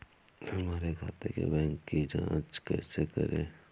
हमारे खाते के बैंक की जाँच कैसे करें?